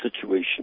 situation